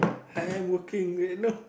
I am working late know